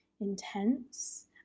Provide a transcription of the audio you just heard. intense